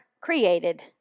created